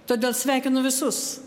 todėl sveikinu visus